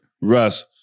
Russ